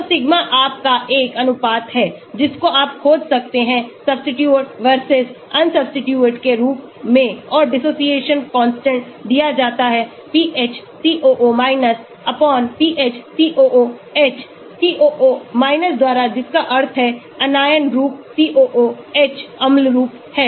तो सिग्मा आप का एक अनुपात है जिसको आप खोज सकते हैं सब्सीट्यूट वर्सेस अनसब्सीट्यूट के रूप में और dissociation constant दिया जाता है PhCOO PhCOOH COO द्वारा जिसका अर्थ है Anion रूप COOH अम्ल रूप है